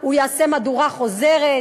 הוא יעשה מהדורה חוזרת,